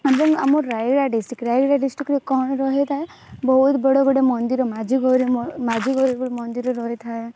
ଏବଂ ଆମର ରାୟଗଡ଼ା ଡିଷ୍ଟ୍ରିକ୍ଟ ରାୟଗଡ଼ା ଡିଷ୍ଟ୍ରିକ୍ଟରେ କ'ଣ ରହିଥାଏ ବହୁତ ବଡ଼ ଗୋଟେ ମନ୍ଦିର ମାଝୀ ଗୌରୀ ମ ମାଝୀ ଗୌରୀ ମନ୍ଦିର ରହିଥାଏ